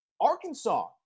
Arkansas